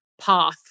path